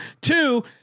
two